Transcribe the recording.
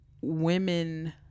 women